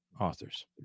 authors